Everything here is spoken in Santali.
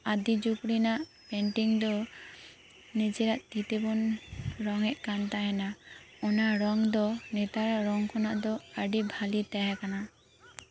ᱟᱫᱤ ᱡᱩᱜᱽ ᱨᱮᱱᱟᱜ ᱯᱮᱱᱴᱤᱝ ᱫᱚ ᱱᱤᱡᱮᱨᱟᱜ ᱛᱤ ᱛᱮᱵᱚᱱ ᱨᱚᱝᱮᱫ ᱠᱟᱱ ᱛᱟᱦᱮᱸᱱᱟ ᱚᱱᱟ ᱨᱚᱝ ᱫᱚ ᱱᱮᱛᱟᱨᱟᱜ ᱨᱚᱝ ᱠᱷᱚᱱᱟᱜ ᱫᱚ ᱟᱹᱰᱤ ᱵᱷᱟᱜᱮ ᱛᱟᱦᱮᱸ ᱠᱟᱱᱟ